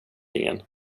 ingen